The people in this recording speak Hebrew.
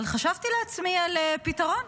אבל חשבתי לעצמי על פתרון.